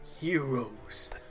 heroes